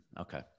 Okay